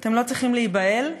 אתם לא צריכים להיבהל,